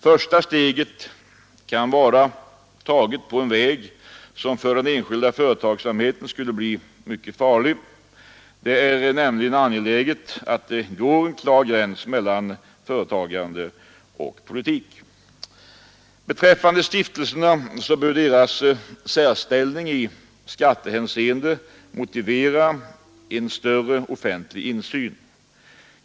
Första steget kan vara taget på en väg som för den enskilda företagsamheten skulle kunna bli mycket farlig. Det är nämligen angeläget att vi får en klar gräns mellan företagande och politisk styrning. Beträffande stiftelserna bör deras särställning i skattehänseende motivera en större offentlig insyn.